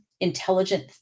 intelligent